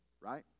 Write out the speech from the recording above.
right